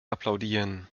applaudieren